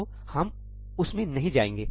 तो हम उसमें नहीं जाएंगे